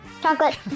Chocolate